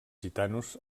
gitanos